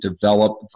develop